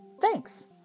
Thanks